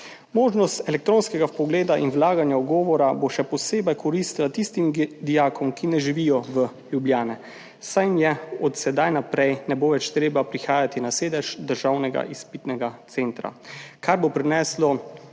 Možnost elektronskega vpogleda in vlaganja ugovora bo še posebej koristila tistim dijakom, ki ne živijo v Ljubljani, saj jim od sedaj naprej ne bo več treba prihajati na sedež Državnega izpitnega centra, kar bo prineslo